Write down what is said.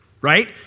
right